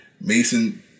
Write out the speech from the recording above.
Mason